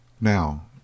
Now